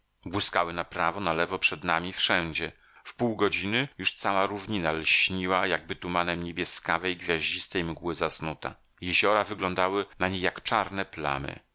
na prawo na lewo przed nami wszędzie w pół godziny już cała równina lśniła jakby tumanem niebieskawej gwiaździstej mgły zasnuta jeziora wyglądały na niej jak czarne plamy